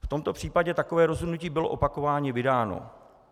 V tomto případě takové rozhodnutí bylo opakovaně vydáno.